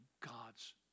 gods